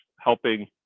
helping